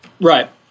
Right